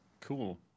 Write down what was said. Cool